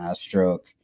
ah stroke.